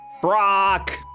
Brock